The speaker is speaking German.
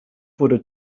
wurde